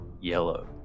yellow